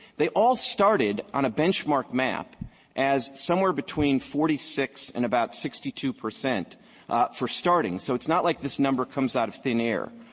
they all started on a benchmark map as somewhere between forty six and about sixty two percent for starting. so it's not like this number comes out of thin air.